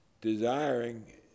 Desiring